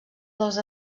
dels